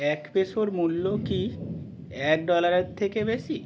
এক পেসোর মূল্য কি এক ডলারের থেকে বেশী